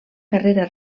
carrera